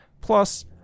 Plus